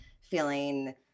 feeling